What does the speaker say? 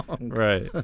Right